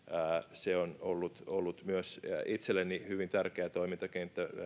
se on ollut ollut myös itselleni hyvin tärkeä toimintakenttä